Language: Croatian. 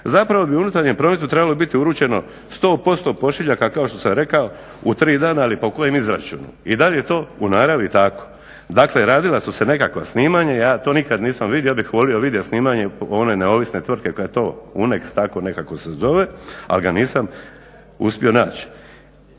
Zapravo bi u unutarnjem prometu trebalo biti uručeno 100% pošiljaka kao što sam rekao u tri dana, ali po kojem izračunu. I dalje je to u naravi tako. Dakle radila su se nekakva snimanja, ja to nikad nisam vidio, ja bih volio vidjeti snimanje one neovisne tvrtke koja to, UNEX, tako nekako se zove, ali ga nisam uspio naći.